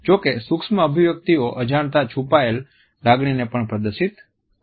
જો કે સૂક્ષ્મ અભિવ્યક્તિઓ અજાણતાં છુપાયેલ લાગણીને પ્રદર્શિત કરે છે